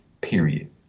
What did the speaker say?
period